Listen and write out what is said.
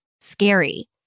scary